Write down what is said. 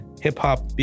hip-hop